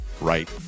right